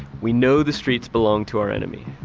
we know the streets belong to our enemy.